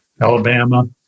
Alabama